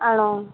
ആണോ